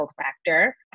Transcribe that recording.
factor